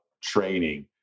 training